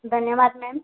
ଧନ୍ୟବାଦ୍ ମ୍ୟାମ୍